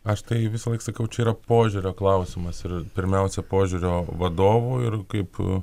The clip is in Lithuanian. aš tai visąlaik sakau čia yra požiūrio klausimas ir pirmiausia požiūrio vadovų ir kaip